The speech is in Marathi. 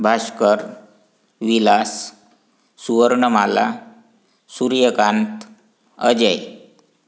भास्कर विलास सुवर्णमाला सूर्यकांत अजय